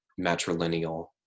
matrilineal